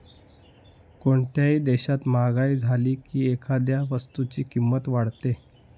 कोणत्याही देशात महागाई झाली की एखाद्या वस्तूची किंमत वाढते